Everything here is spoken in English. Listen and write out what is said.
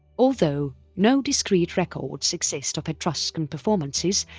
although no discrete records exist of etruscan performances,